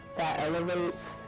that elevates